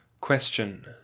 Question